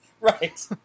right